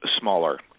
smaller